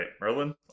Merlin